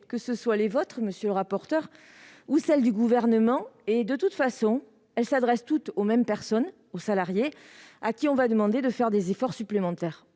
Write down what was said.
que ce soit les vôtres, monsieur le rapporteur, ou celles du Gouvernement, nous les connaissons ! Elles s'adressent toutes aux mêmes personnes : les salariés, à qui l'on va demander de faire des efforts supplémentaires.